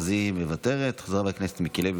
חבר הכנסת מיקי לוי,